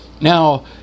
Now